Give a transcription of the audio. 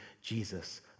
Jesus